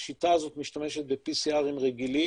השיטה הזאת משתמשת ב- PCR רגילים,